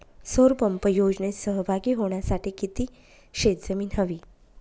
सौर पंप योजनेत सहभागी होण्यासाठी किती शेत जमीन हवी?